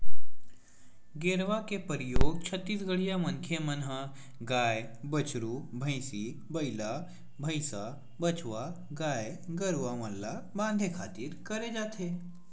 गेरवा के परियोग छत्तीसगढ़िया मनखे मन ह गाय, बछरू, भंइसी, बइला, भइसा, बछवा गाय गरुवा मन ल बांधे खातिर करे जाथे